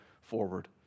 forward